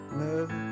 move